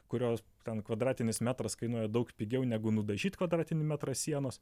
kurios ten kvadratinis metras kainuoja daug pigiau negu nudažyt kvadratinį metrą sienos